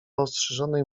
ostrzyżonej